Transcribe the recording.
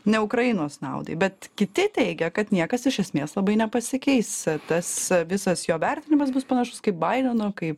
ne ukrainos naudai bet kiti teigia kad niekas iš esmės labai nepasikeis tas visas jo vertinimas bus panašus kaip baideno kaip